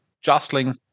jostling